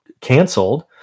canceled